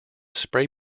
spray